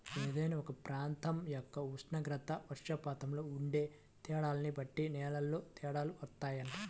ఏదైనా ఒక ప్రాంతం యొక్క ఉష్ణోగ్రత, వర్షపాతంలో ఉండే తేడాల్ని బట్టి నేలల్లో తేడాలు వత్తాయంట